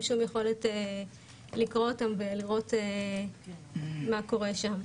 שום יכולת לקרוא אותם ולראות מה קורה שם.